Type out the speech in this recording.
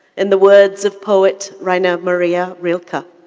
in the words of poet rainer maria rilke.